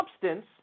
substance